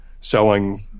selling